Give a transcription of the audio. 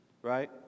Right